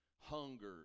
hunger